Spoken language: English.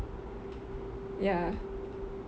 ya